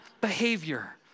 behavior